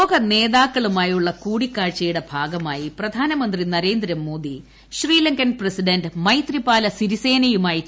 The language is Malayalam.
ലോക നേതാക്കളുമായുള്ള കൂടിക്കാഴ്ചയുടെ ഭാഗമായി പ്രധാനമന്ത്രി നരേന്ദ്രമോദി ശ്രീലങ്കൻ പ്രസിഡന്റ് മൈത്രിപാല സിരിസേനയുമായി ചർച്ച നടത്തി